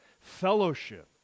fellowship